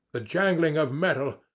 the jangling of metal,